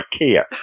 Ikea